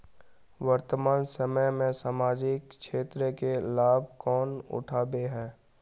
वर्तमान समय में सामाजिक क्षेत्र के लाभ कौन उठावे है?